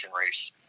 race